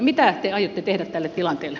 mitä te aiotte tehdä tälle tilanteelle